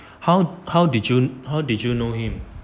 how how did you how did you know him